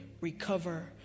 recover